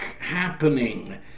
happening